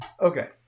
Okay